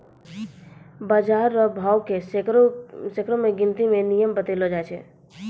बाजार रो भाव के सैकड़ा मे गिनती के नियम बतैलो जाय छै